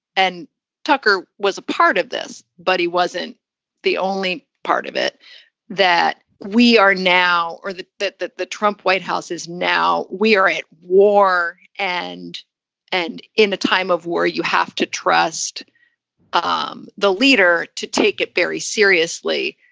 and tucker was a part of this. but he wasn't the only part of it that we are now or that that the trump white house is now. we are at war. and and in a time of war, you have to trust um the leader to take it very seriously.